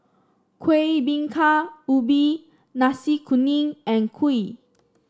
Kuih Bingka Ubi Nasi Kuning and kuih